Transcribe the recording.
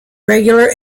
regular